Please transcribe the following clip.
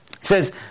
says